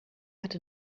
hat